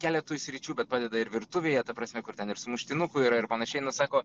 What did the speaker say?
keletui sričių bet padeda ir virtuvėje ta prasme kur ten ir sumuštinukų yra ir panašiai nu sako